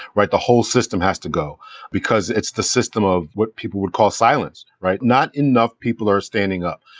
right. the whole system has to go because it's the system of what people would call silence. right. not enough people are standing up.